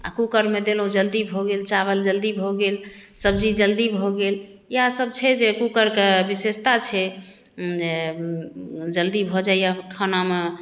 आ कूकरमे देलहुँ जे जल्दी भऽ गेल चावल जल्दी भऽ गेल सब्जी जल्दी भऽ गेल इएह सब छै जे कूकरके विशेषता छै जल्दी भऽ जाइया खानामे